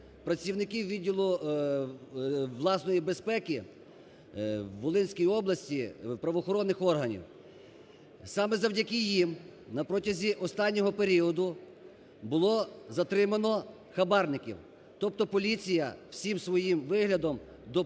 працівників відділу власної безпеки в Волинській області правоохоронних органів. Саме завдяки їм на протязі останнього періоду було затримано хабарників, тобто поліція всім своїм виглядом доводить